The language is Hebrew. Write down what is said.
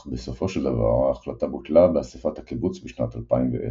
אך בסופו של דבר ההחלטה בוטלה באספת הקיבוץ בשנת 2010,